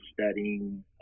studying